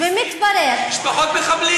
משפחות מחבלים.